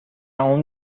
اون